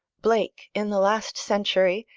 blake, in the last century,